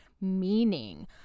meaning